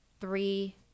three